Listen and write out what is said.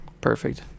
Perfect